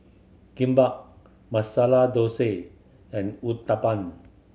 Kimbap Masala Dosa and Uthapam